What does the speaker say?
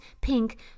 pink